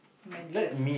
method